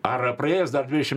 ar praėjus dar dvidešim